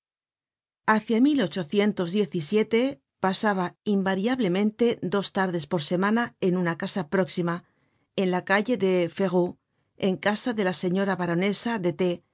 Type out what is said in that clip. y aun con bergy puy vallée hácia pasaba invariablemente dos tardes por semana en una casa próxima en la calle de ferwi en casa de la señora baronesa de t